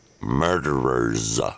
Murderers